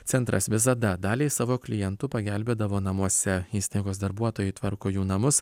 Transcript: centras visada daliai savo klientų pagelbėdavo namuose įstaigos darbuotojai tvarko jų namus